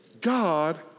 God